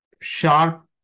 sharp